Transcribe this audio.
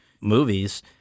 movies